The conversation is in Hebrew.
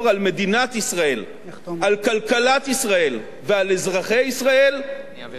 על כלכלת ישראל ועל אזרחי ישראל מפני הקטסטרופה